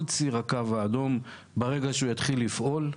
ציר "הקו האדום" ברגע שהוא יתחיל לפעול.